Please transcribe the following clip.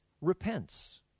repents